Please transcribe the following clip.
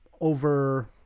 over